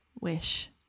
wish